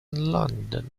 london